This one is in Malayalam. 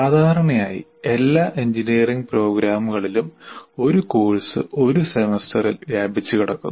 സാധാരണയായി എല്ലാ എഞ്ചിനീയറിംഗ് പ്രോഗ്രാമുകളിലും ഒരു കോഴ്സ് ഒരു സെമസ്റ്ററിൽ വ്യാപിച്ച് കിടക്കുന്നു